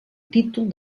títol